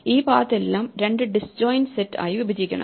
ഈ പാത്ത് എല്ലാം 2 disjoint set ആയി വിഭജിക്കണം